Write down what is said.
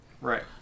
Right